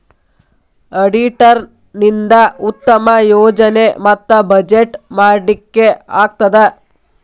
auditor ನಿಂದಾ ಉತ್ತಮ ಯೋಜನೆ ಮತ್ತ ಬಜೆಟ್ ಮಾಡ್ಲಿಕ್ಕೆ ಆಗ್ತದ